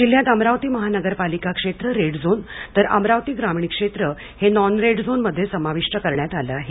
जिल्ह्यात अमरावती महानगरपालिका क्षेत्र रेड झोन तर अमरावती ग्रामीण क्षेत्र हे नॉन रेड झोनमध्ये समाविष्ठ करण्यात आले आहे